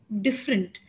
different